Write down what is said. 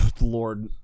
lord